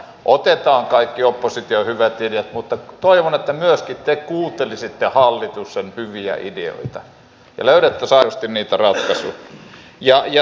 otetaan kaikki opposition hyvät ideat mutta toivon että myöskin te kuuntelisitte hallituksen hyviä ideoita ja löydettäisiin aidosti niitä ratkaisuja